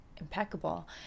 impeccable